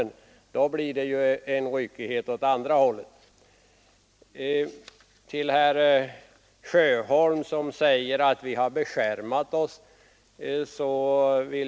Då blir det ju en ryckighet åt andra hållet. Herr Sjöholm säger att vi har beskärmat oss.